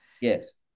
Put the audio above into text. Yes